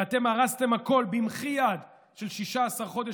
ואתם הרסתם הכול במחי יד של 16 חודש.